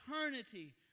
eternity